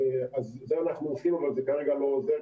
זה אנחנו עושים אבל זה כרגע לא עוזר,